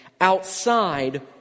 outside